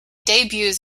debuts